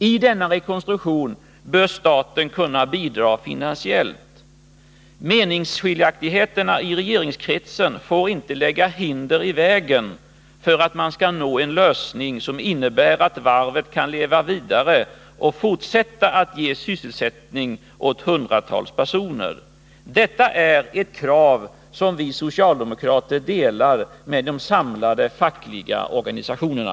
I denna rekonstruktion bör staten kunna bidra finansiellt. Meningsskiljaktigheterna i regeringskretsen får inte lägga hinder i vägen för en lösning som innebär att varvet kan leva vidare och fortsätta att ge sysselsättning åt hundratals personer. Detta är ett krav som vi socialdemokrater har tillsammans med de samlade fackliga organisationerna.